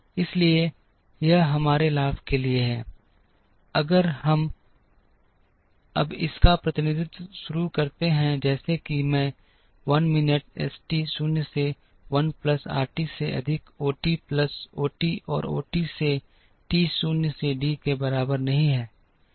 इसलिए यह हमारे लाभ के लिए है अगर हम अब इस का प्रतिनिधित्व करना शुरू करते हैं जैसे कि मैं 1 मिनट एस टी शून्य से 1 प्लस आरटी से अधिक ओटी प्लस ओटी और ओ से टी शून्य से डी के बराबर नहीं है